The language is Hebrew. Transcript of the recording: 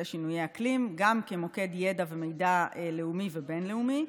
שינויי אקלים גם כמוקד ידע ומידע לאומי ובין-לאומי.